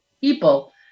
people